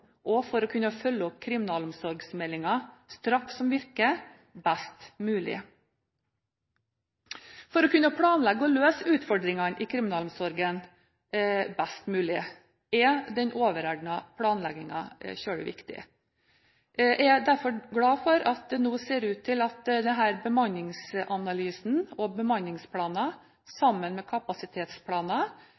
og for å kunne følge opp kriminalomsorgsmeldingen Straff som virker best mulig. For å kunne planlegge for og møte utfordringene i kriminalomsorgen best mulig er den overordnede planleggingen veldig viktig. Jeg er derfor glad for at det nå ser ut til at denne bemanningsanalysen – og bemanningsplanen, sammen med kapasitetsplanen